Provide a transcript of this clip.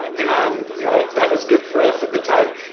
and you know that was good for us at the time.